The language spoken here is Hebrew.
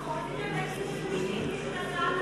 אנחנו רוצים לתת ציונים למי שהגיש את הצעת החוק.